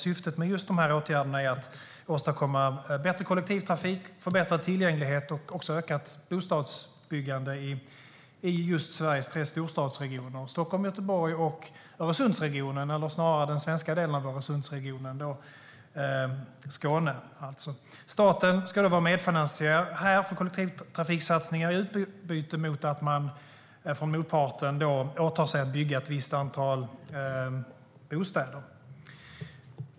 Syftet med dessa åtgärder är att åstadkomma bättre kollektivtrafik, förbättrad tillgänglighet och ökat bostadsbyggande i Sveriges tre storstadsregioner: Stockholm, Göteborg och Öresundsregionen, eller snarare den svenska delen av Öresundsregionen, alltså Skåne. Staten ska här vara medfinansiär för kollektivtrafiksatsningar i utbyte mot att motparten åtar sig att bygga ett visst antal bostäder.